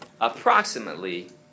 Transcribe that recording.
approximately